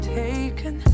taken